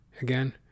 again